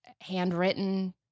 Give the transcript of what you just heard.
handwritten